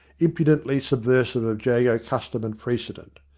impudently subversive of jago custom and precedent.